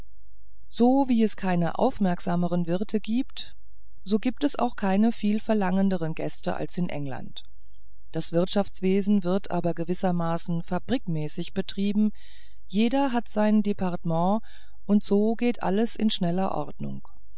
so wie es keine aufmerksameren wirte gibt so gibt es auch keine viel verlangerenden gäste als in england das wirtschaftswesen wird aber gewissermaßen fabrikmäßig betrieben jeder hat sein departement und so geht alles in schneller ordnung